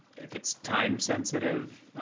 if it's time sensitive.